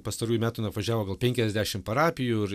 pastarųjų metų nuvažiavo gal penkiasdešim parapijų ir